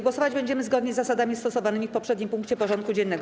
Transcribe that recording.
Głosować będziemy zgodnie z zasadami stosowanymi w poprzednim punkcie porządku dziennego.